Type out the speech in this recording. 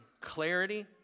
clarity